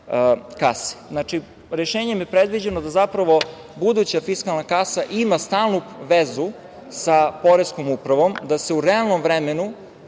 kase. Znači, rešenjem je predviđeno da zapravo buduća fiskalna kasa ima stalnu vezu sa poreskom upravom, da se u realnom vremenu